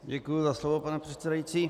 Děkuji za slovo, pane předsedající.